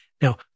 Now